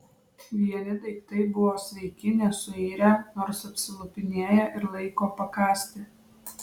vieni daiktai buvo sveiki nesuirę nors apsilupinėję ir laiko pakąsti